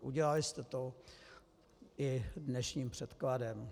Udělali jste to i dnešním předkladem.